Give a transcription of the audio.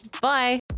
Bye